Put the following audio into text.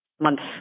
months